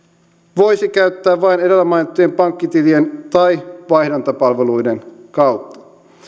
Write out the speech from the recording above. voisi käyttää vain edellä mainittujen pankkitilien tai vaihdantapalveluiden kautta